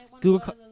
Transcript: Google